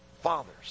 fathers